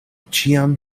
ĉiam